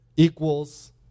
Equals